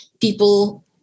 people